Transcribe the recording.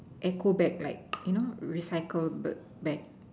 eco bag right you know recycle bag